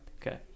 Okay